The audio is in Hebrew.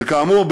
כאמור,